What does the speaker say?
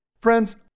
Friends